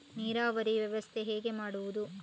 ನೀರಾವರಿ ವ್ಯವಸ್ಥೆ ಹೇಗೆ ಮಾಡುವುದು?